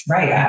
Right